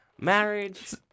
marriage